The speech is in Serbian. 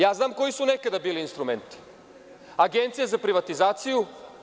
Ja znam koji su nekada bili instrumenti, Agencija za privatizaciju.